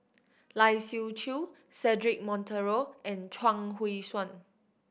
Lai Siu Chiu Cedric Monteiro and Chuang Hui Tsuan